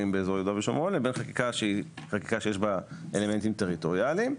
באזור יהודה ושומרון לבין חקיקה שיש בה אלמנטים טריטוריאליים,